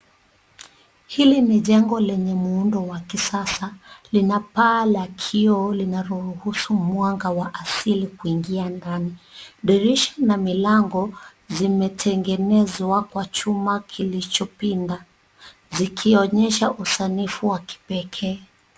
Hili ni jengo lenye muundo wa kisasa, lina paa la kioo linalo ruhusu mwanga wa asili kuingia ndani. Dirisha na milango, zimetengenezwa kwa chuma kilichopinda, zikionyesha usanifu wa kipekee.